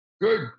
Good